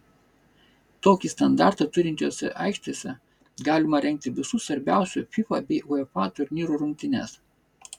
tokį standartą turinčiose aikštėse galima rengti visų svarbiausių fifa bei uefa turnyrų rungtynes